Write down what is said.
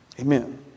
Amen